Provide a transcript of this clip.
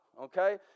okay